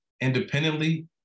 independently